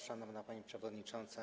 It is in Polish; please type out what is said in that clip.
Szanowna Pani Przewodnicząca!